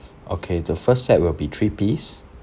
okay the first set will be three piece